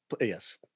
Yes